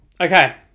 Okay